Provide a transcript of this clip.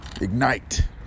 Ignite